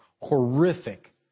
Horrific